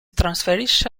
trasferisce